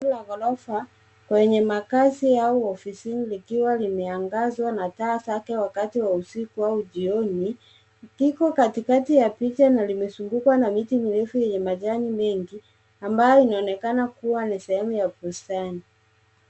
Eneo la ghorofa, kwenye makazi au ofisini likiwa limeangazwa na taa zake wakati wa usiku au jioni ,kiko katikati ya picha na limezungukwa na miti mirefu yenye majani mengi, ambayo inaonekana kuwa ni sehemu ya bustani.